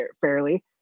fairly